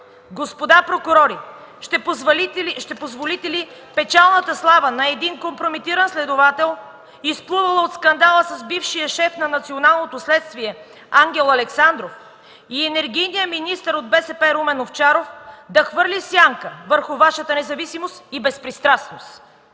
Господа прокурори, ще позволите ли печалната слава на един компрометиран следовател, изплувала от скандала с бившия шеф на Националното следствие Ангел Александров и енергийния министър от БСП Румен Овчаров, да хвърли сянка върху Вашата независимост и безпристрастност?